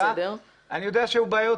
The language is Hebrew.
אני יודע שהיו בעיות.